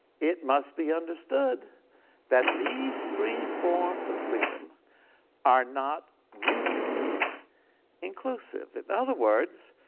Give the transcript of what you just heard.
it must be understood that these three forms of freedom are not mutually inclusive. in other words,